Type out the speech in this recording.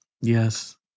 Yes